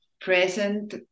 present